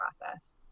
process